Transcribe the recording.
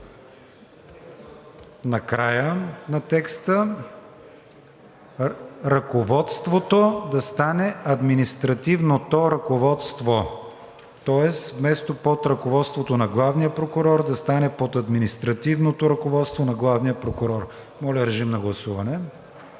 в края на текста „ръководството“ да стане „административното ръководство“. Тоест вместо „под ръководството на главния прокурор“ да стане „под административното ръководство на главния прокурор“. Моля, режим на гласуване.